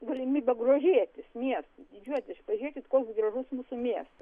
galimybę grožėtis miestu didžiuotis pažiūrėkit koks gražus mūsų miestas